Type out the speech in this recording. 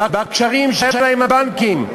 בקשרים שהיו לה עם הבנקים.